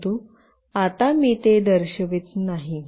परंतु आता मी ते दर्शवित नाही